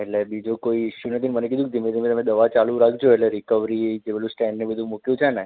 એટલે બીજો કોઈ ઇસ્યુ નથી મને કીધું ધીમે ધીમે તમે દવા ચાલું રાખજો એટલે રિકવરી જે બધુ સ્ટેન્ડ ને બધું મૂક્યું છે ને